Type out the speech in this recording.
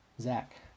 Zach